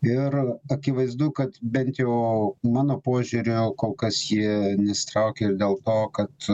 ir akivaizdu kad bent jau mano požiūriu kol kas ji nesitraukia ir dėl to kad